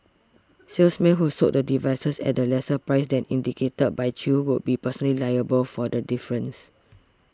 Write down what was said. salesmen who sold the devices at a lesser price than indicated by Chew would be personally liable for the difference